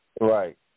Right